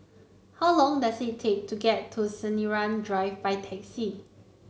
how long does it take to get to Sinaran Drive by taxi